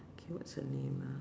okay what's her name ah